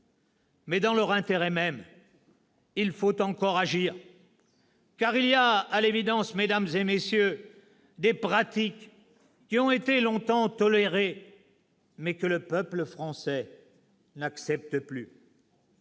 Mais, dans leur intérêt même, il faut encore agir, car il y a, à l'évidence, mesdames et messieurs, des pratiques qui ont été longtemps tolérées, mais que le peuple français n'accepte plus.